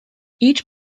each